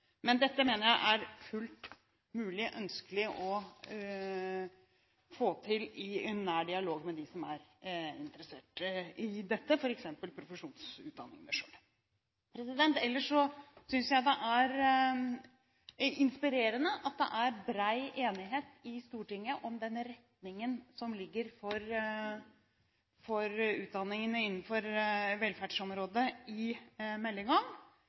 Men dette mener jeg er fullt mulig og ønskelig å få til i nær dialog med dem som er interessert i det, f.eks. profesjonsutdanningene selv. Ellers synes jeg det er inspirerende at det er bred enighet i Stortinget om den retningen, som ligger i meldingen, for utdanningene innenfor velferdsområdet.